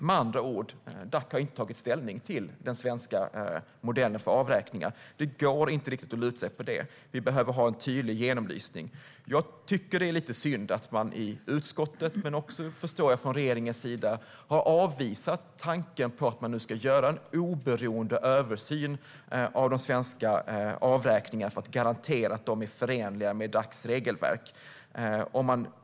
Med andra ord: Dac har inte tagit ställning till den svenska modellen för avräkningar. Det går inte att luta sig mot detta. Vi behöver ha en tydlig genomlysning. Det är synd att både utskottet och regeringen har avvisat tanken på att göra en oberoende översyn av de svenska avräkningarna för att garantera att de är förenliga med Dacs regelverk.